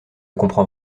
comprend